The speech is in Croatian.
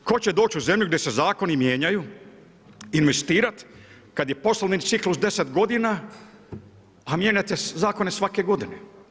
Tko će doći u zemlju gdje se zakoni mijenjaju investirat kada je poslovni ciklus deset godina, a mijenjate zakone svake godine.